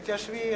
תתיישבי,